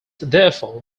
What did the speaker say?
therefore